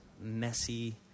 messy